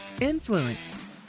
Influence